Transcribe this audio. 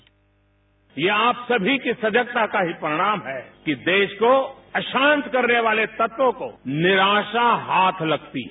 bite यह आप सभी के सजगता का ही परिणाम है कि देश को अशांत करने वाले तत्वों को निराशा हाथ लगती है